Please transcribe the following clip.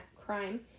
crime